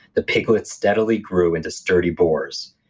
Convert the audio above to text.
the piglets steadily grew into sturdy bores.